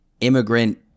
immigrant